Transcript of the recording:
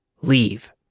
leave